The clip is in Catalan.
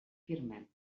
firmem